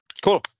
Cool